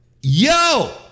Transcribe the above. yo